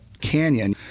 canyon